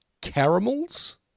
caramels